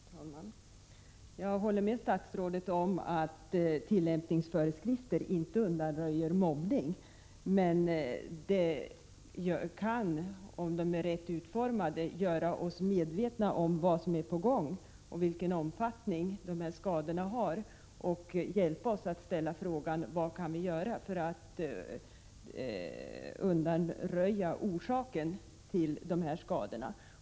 Herr talman! Jag håller med statsrådet om att tillämpningsföreskrifter inte undanröjer mobbning, men föreskrifterna kan, om de är riktigt utformade, göra oss medvetna om vad som är på gång och om hur pass omfattande skadorna är. Vi kan få hjälp att undanröja orsakerna till skadorna.